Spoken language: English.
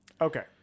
Okay